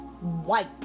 white